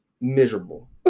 Miserable